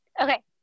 Okay